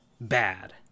bad